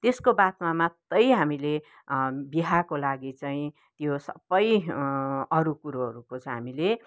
त्यसको बादमा मात्रै हामीले बिहाको लागि चाहिँ त्यो सबै अरू कुरोहरूको चाहिँ हामीले